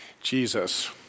Jesus